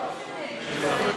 ברור שנגד.